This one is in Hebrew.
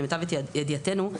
למיטב ידיעתנו,